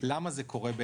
למה זה קורה?